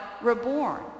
reborn